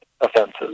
offenses